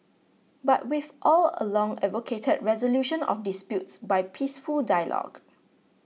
but we've all along advocated resolution of disputes by peaceful dialogue